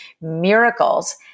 miracles